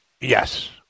Yes